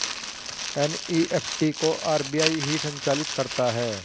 NEFT को RBI ही संचालित करता है